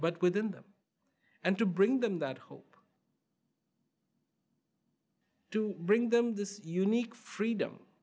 but within them and to bring them that hope to bring them this unique freedom